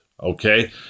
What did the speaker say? Okay